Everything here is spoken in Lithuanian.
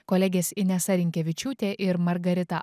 kolegės inesa rinkevičiūtė ir margarita